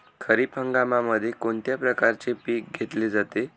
खरीप हंगामामध्ये कोणत्या प्रकारचे पीक घेतले जाते?